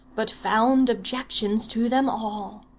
but found objections to them all.